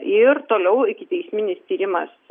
ir toliau ikiteisminis tyrimas